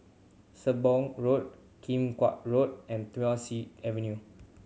Sembong Road Kim Chuan Road and Thiam Siew Avenue